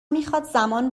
میخواد، زمان